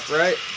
right